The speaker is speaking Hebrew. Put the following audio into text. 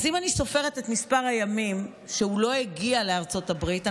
אז אם אני סופרת את מספר הימים שהוא לא הגיע לארצות הברית,